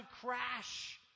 crash